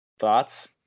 Thoughts